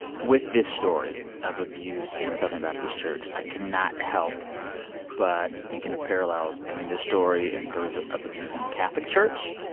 with this story of abuse in the southern baptist church, i cannot help but thinking of parallels between this story and stories of abuse in the catholic church.